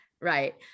Right